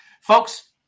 Folks